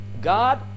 god